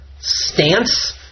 stance